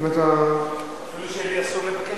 ולא תהיה תשובה?